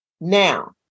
Now